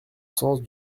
sens